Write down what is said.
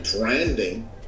branding